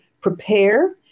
prepare